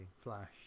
Flash